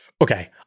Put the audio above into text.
okay